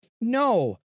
no